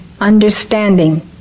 understanding